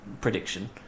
prediction